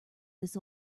this